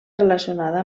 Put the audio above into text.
relacionada